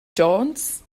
jones